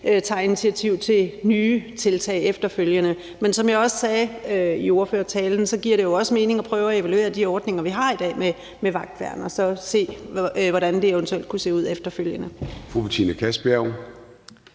tager initiativ til nye tiltag. Men som jeg også sagde i ordførertalen, giver det jo også mening at prøve at evaluere de ordninger med vagtværn, vi har i dag, og så se på, hvordan det eventuelt kunne se ud efterfølgende.